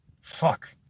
Fuck